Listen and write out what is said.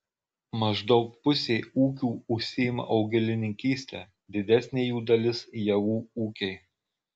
maždaug pusė ūkių užsiima augalininkyste didesnė jų dalis javų ūkiai